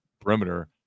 perimeter